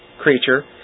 creature